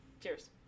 Cheers